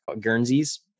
Guernseys